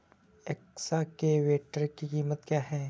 Excavator की कीमत क्या है?